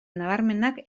nabarmenak